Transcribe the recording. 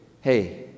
Hey